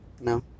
No